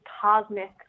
cosmic